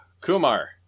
Kumar